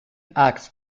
acts